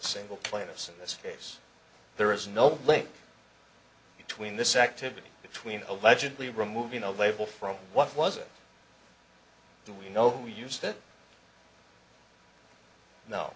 single claim us in this case there is no link between this activity between allegedly removing a label from what was it the we know we used it